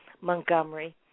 Montgomery